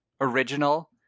original